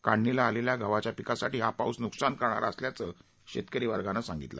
काढणीला आलेल्या गव्हाच्या पिकासाठी हा पाऊस नुकसान करणारा असल्याचं शेतकरी सांगतात